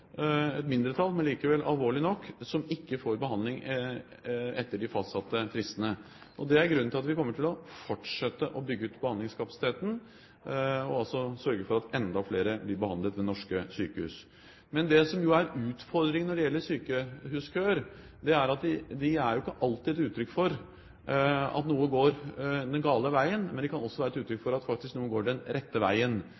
et mindretall, men likevel alvorlig nok – som ikke får behandling etter de fastsatte fristene. Det er grunnen til at vi kommer til å fortsette å bygge ut behandlingskapasiteten og sørge for at enda flere blir behandlet ved norske sykehus. Men det som er utfordringen når det gjelder sykehuskøer, er at de ikke alltid er et uttrykk for at noe går den gale veien. Det kan også være et uttrykk